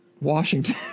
Washington